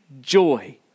joy